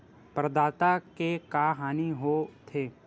प्रदाता के का हानि हो थे?